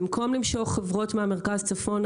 במקום למשוך חברות מהמרכז צפונה,